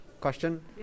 question